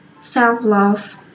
self-love